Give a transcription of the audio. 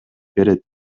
берет